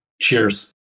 Cheers